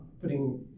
putting